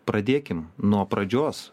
pradėkim nuo pradžios